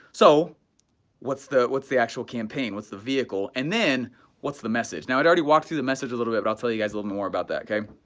so what's the, what's the actual campaign? what's the vehicle, and then what's the message? now i'd already walked through the message a little bit, but i'll tell you guys a little more about that, okay?